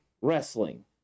wrestling